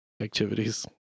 activities